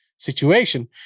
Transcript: Situation